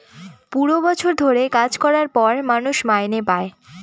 পুরো বছর ধরে কাজ করার পর মানুষ মাইনে পাই